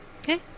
Okay